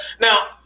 Now